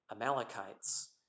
Amalekites